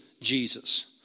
Jesus